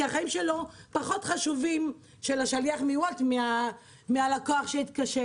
כי החיים של השליח מוולט פחות חשובים מהלקוח שהתקשר.